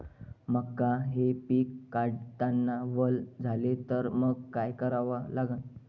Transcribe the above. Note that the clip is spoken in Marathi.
मका हे पिक काढतांना वल झाले तर मंग काय करावं लागन?